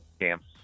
camps